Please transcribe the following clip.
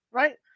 right